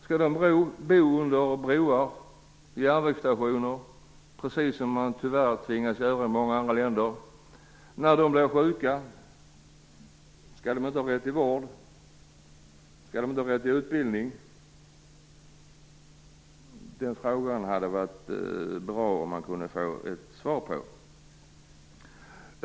Skall de bo under broar och på järnvägsstationer, precis som de tyvärr tvingas göra i många andra länder? Skall de inte ha rätt till vård när de blir sjuka? Skall de inte ha rätt till utbildning? Det hade varit bra om man hade kunnat få ett svar på den frågan.